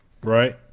right